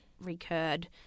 recurred